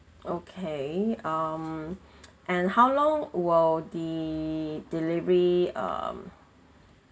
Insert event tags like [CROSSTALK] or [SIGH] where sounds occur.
okay um [NOISE] and how long will the delivery um